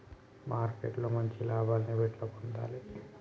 Marketing లో మంచి లాభాల్ని ఎట్లా పొందాలి?